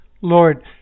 Lord